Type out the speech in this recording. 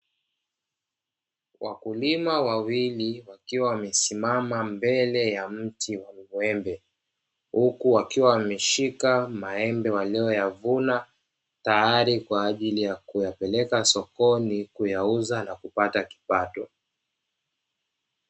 Wakulima wawili wakiwa wamesimama mbele ya mti wa muembe, huku wakiwa wameshika maembe waliyoyavuna tayari kwa ajili ya kuyapeleka sokoni kuyauza na kupata kipato.